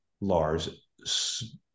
Lars